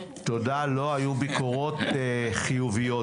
לא, היו דווקא ביקורות חיוביות.